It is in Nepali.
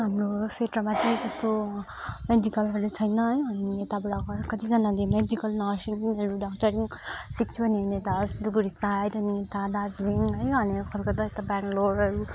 हाम्रो क्षेत्रमा चाहिँ त्यस्तो मेडिकलहरू छैन है अनि यताबाट कतिजनाले मेडिकल नर्सिङहरू डक्टरिङ सिक्छु भन्यो भने त सिलगडी साइड अनि यता दार्जिलिङ है अनि कोलकत्ता यता बेङ्लोरहरू